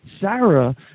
Sarah